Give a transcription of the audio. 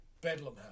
Bedlam